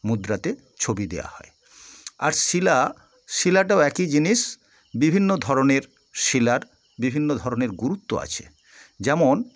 মুদ্রাতেও ছবি দেওয়া হয় আর শিলা শিলাটাও একই জিনিস বিভিন্ন ধরনের শিলার বিভিন্ন ধরনের গুরুত্ব আছে যেমন